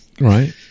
Right